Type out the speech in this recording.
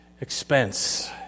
expense